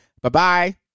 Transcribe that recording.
Bye-bye